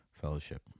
fellowship